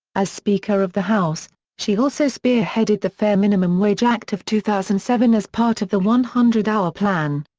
as speaker of the house, she also spearheaded the fair minimum wage act of two thousand and seven as part of the one hundred hour plan.